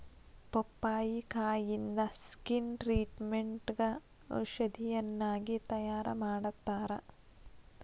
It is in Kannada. ಪಪ್ಪಾಯಿಕಾಯಿಂದ ಸ್ಕಿನ್ ಟ್ರಿಟ್ಮೇಟ್ಗ ಔಷಧಿಯನ್ನಾಗಿ ತಯಾರಮಾಡತ್ತಾರ